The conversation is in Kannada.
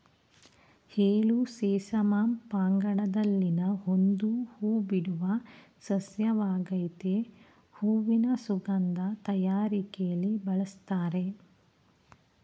ಎಳ್ಳು ಸೆಸಮಮ್ ಪಂಗಡದಲ್ಲಿನ ಒಂದು ಹೂಬಿಡುವ ಸಸ್ಯವಾಗಾಯ್ತೆ ಹೂವಿನ ಸುಗಂಧ ತಯಾರಿಕೆಲಿ ಬಳುಸ್ತಾರೆ